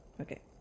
Okay